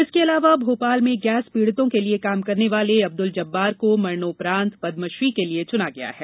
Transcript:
इसके अलावा मोपाल में गैस पीड़ितों के लिए काम करने वाले अब्दुल जब्बार को मरणोपरान्त पदमश्री के लिए चुना गया है